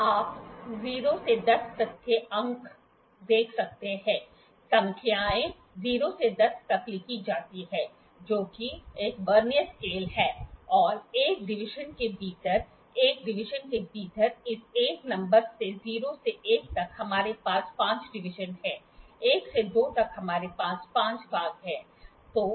आप ० से १० तक के अंक देख सकते हैं संख्याएँ ० से १० तक लिखी जाती हैं जो कि एक वर्नियर स्केल है और १ डिवीजन के भीतर १ डिवीजन के भीतर इस १ नंबर से ० से १ तक हमारे पास ५ डिवीजन हैं 1 से 2 तक हमारे पास 5 भाग होंगे